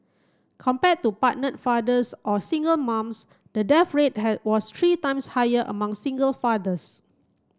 compared to partnered fathers or single moms the death rate was three times higher among single fathers